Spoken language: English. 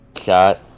shot